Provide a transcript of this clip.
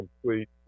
complete